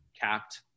capped